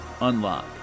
unlock